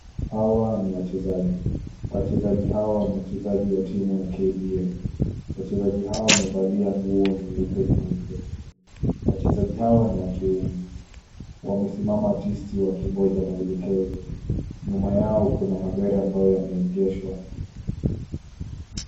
Hawa ni wachezaji. Wachezaji hawa ni wachezaji wa timu ya KDF. Wachezaji hawa wamevalia nguo nyeupe nyeupe. Wachezaji hawa ni wa kiume. Wamesimama tisti wakingoja maelekezo. Nyuma yao kuna magari ambayo yameegeshwa.